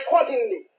accordingly